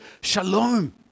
Shalom